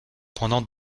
pendant